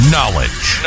Knowledge